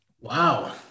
Wow